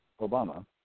Obama